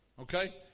Okay